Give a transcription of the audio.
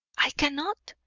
i cannot,